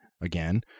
again